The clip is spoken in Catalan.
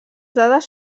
dades